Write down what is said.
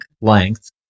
length